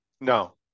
No